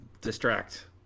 Distract